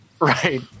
Right